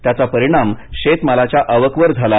त्याचा परिणाम शेतमालाच्या आवकवर झाला